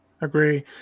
Agree